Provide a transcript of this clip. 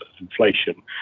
inflation